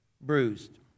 bruised